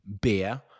Beer